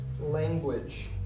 language